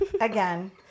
again